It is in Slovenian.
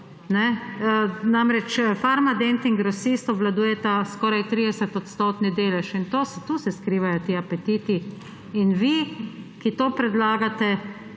Namreč Farmadent in Grosist obvladujeta skoraj 30-odstotni delež in tukaj se skrivajo ti apetiti. In vi, ki to predlagate,